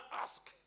ask